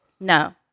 No